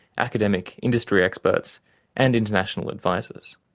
academic, industry experts and international advisors.